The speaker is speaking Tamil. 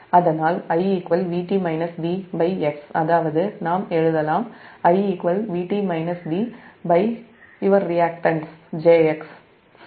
அதனால்I Vt V x அதாவது IVt Vyour reactance it is jx என்று நாம் எழுதலாம் சரி